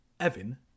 Evan